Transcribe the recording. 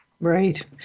Right